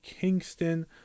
Kingston